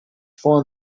find